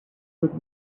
would